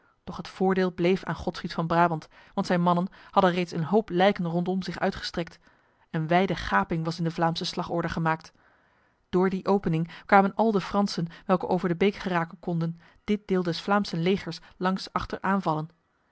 doch het voordeel bleef aan godfried van brabant want zijn mannen hadden reeds een hoop lijken rondom zich uitgestrekt een wijde gaping was in de vlaamse slagorde gemaakt door die opening kwamen al de fransen welke over de beek geraken konden dit deel des vlaamsen legers langs achter aanvallen